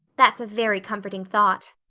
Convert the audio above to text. that's a very comforting thought.